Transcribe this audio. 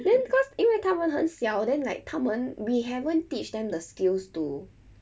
then cause 因为他们很小 then like 他们 we haven't teach them the skills to